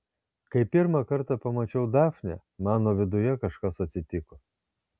kai pirmą kartą pamačiau dafnę mano viduje kažkas atsitiko